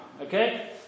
Okay